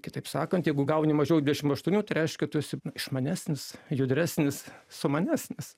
kitaip sakant jeigu gauni mažiau dvidešim aštuonių tai reiškia tu esi išmanesnis gudresnis sumanesnis